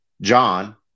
john